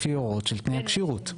לפי ההוראות של תנאי הכשירות.